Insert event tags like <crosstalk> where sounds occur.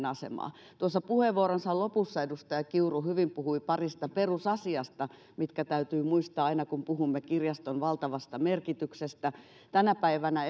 <unintelligible> asemaa tuossa puheenvuoronsa lopussa edustaja kiuru puhui hyvin parista perusasiasta mitkä täytyy muistaa aina kun puhumme kirjaston valtavasta merkityksestä tänä päivänä <unintelligible>